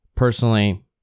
Personally